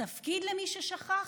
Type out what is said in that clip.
התפקיד, למי ששכח,